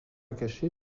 cachée